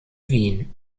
wien